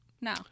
No